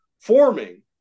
forming